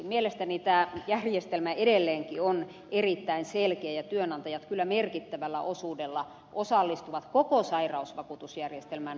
mielestäni tämä järjestelmä edelleenkin on erittäin selkeä ja työnantajat kyllä merkittävällä osuudella osallistuvat koko sairausvakuutusjärjestelmän rahoittamiseen